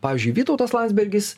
pavyzdžiui vytautas landsbergis